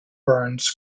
burns